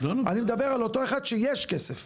אני מדבר על אותו אחד שיש כסף.